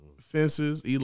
Fences